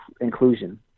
inclusion